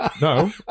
no